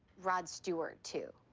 rod stewart, too.